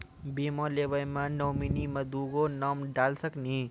बीमा लेवे मे नॉमिनी मे दुगो नाम डाल सकनी?